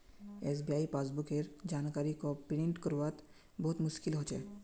SBI passbook केर जानकारी क प्रिंट करवात बहुत मुस्कील हो छे